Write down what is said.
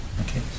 Okay